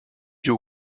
you